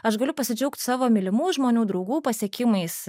aš galiu pasidžiaugt savo mylimų žmonių draugų pasiekimais